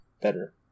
better